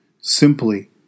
simply